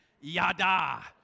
Yada